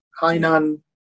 Hainan